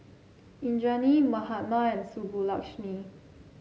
Indranee Mahatma and Subbulakshmi